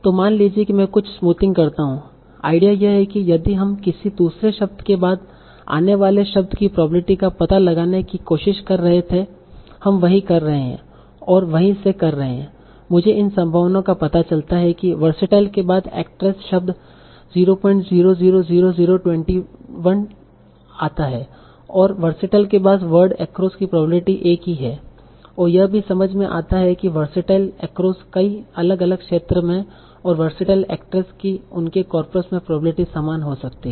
तो मान लीजिए मैं कुछ स्मूथिंग करता हूं आईडिया यह ही कि यदि हम किसी दूसरे शब्द के बाद आने वाले शब्द की प्रोबेब्लिटी का पता लगाने की कोशिश कर रहे थे हम वही कर रहे हैं और वहीं से कर रहे हैं मुझे इन संभावनाओं का पता चलता है कि वरसेटाइल के बाद actress शब्द 0000021 आता है और वरसेटाइल के बाद वर्ड across की प्रोबेब्लिटी एक ही है और यह भी समझ में आता है वरसेटाइल एक्रोस कई अलग अलग क्षेत्र में और वरसेटाइल एक्ट्रेस की उनके कॉर्पस में प्रोबेब्लिटी समान हो सकती है